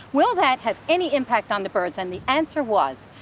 will that have any impact on the birds and the answer was,